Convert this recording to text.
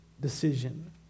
decision